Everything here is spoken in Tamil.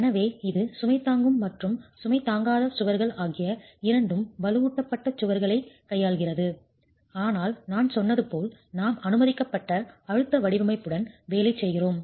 எனவே இது சுமை தாங்கும் மற்றும் சுமை தாங்காத சுவர்கள் ஆகிய இரண்டும் வலுவூட்டப்பட்ட சுவர்களைக் கையாள்கிறது ஆனால் நான் சொன்னது போல் நாம் அனுமதிக்கப்பட்ட அழுத்த வடிவமைப்புடன் வேலை செய்கிறோம்